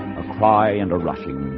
by and a rushing